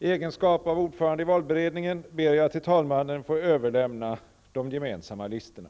I egenskap av ordförande i valberedningen ber jag att till talmannen få överlämna de gemensamma listorna.